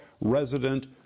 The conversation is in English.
resident